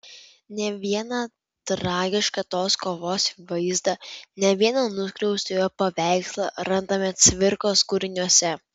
ne vieną tragišką tos kovos vaizdą ne vieną nuskriaustojo paveikslą randame cvirkos kūriniuose